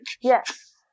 Yes